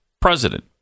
president